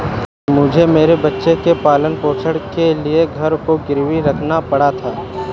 मुझे मेरे बच्चे के पालन पोषण के लिए घर को गिरवी रखना पड़ा था